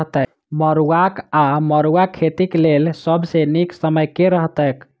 मरुआक वा मड़ुआ खेतीक लेल सब सऽ नीक समय केँ रहतैक?